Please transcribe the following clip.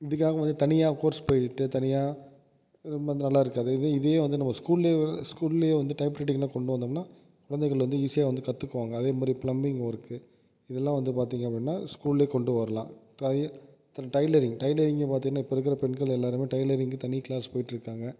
இதுக்காக வந்து தனியா கோர்ஸ் போயிக்கிட்டு தனியா வந்து நல்லாருக்காது இது இதையே வந்து நம்ம ஸ்கூல்லே ஸ்கூல்லே வந்து டைப்ரைட்டிங்லாம் கொண்டு வந்தோம்னா குழந்தைகள் வந்து ஈஸியாக வந்து கத்துக்குவாங்க அதேமாதிரி பிளம்மிங் ஒர்க்கு இதெல்லாம் வந்து பார்த்திங்க அப்படின்னா ஸ்கூல்லே கொண்டு வரலாம் தை டைலரிங் டைலரிங்கும் பார்த்திங்கன்னா இப்போ இருக்கிற பெண்கள் எல்லாருமே டைலரிங்க்கு தனி கிளாஸ் போயிட்டுருக்காங்க